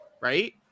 Right